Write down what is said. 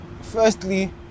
firstly